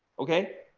okay?